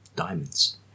Diamonds